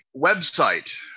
website